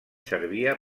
servia